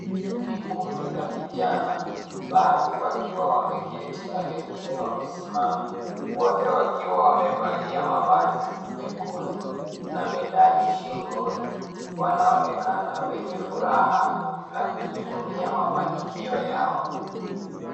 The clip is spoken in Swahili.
Ni kundi la vijana, baadhi wakiwa wameketi na wengine wamesimama. Wote wakiwa wamevalia mavazi nyekundu na medali shingoni. Wanaonekana wenye furaha na kujivunia mafanikio yao.